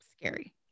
scary